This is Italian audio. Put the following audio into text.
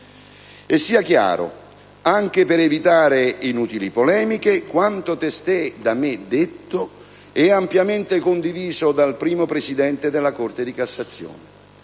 E, sia chiaro, anche per evitare inutili polemiche, quanto testé da me detto è ampiamente condiviso dal primo Presidente della Corte di cassazione,